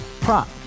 Prop